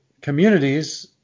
communities